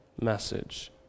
message